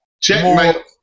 checkmate